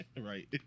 Right